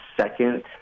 second